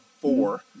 four